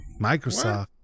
Microsoft